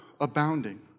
abounding